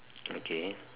okay